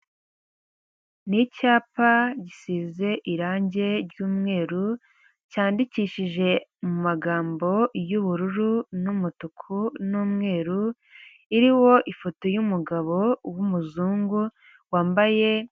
Ni icyapa gisize irangi ry'umweru, cyandikishije mu magambo y'ubururu n'umutuku n'umweru, kiriho ifoto y'umugabo w'umuzungu wambaye